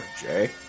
jay